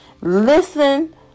Listen